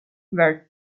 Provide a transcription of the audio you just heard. were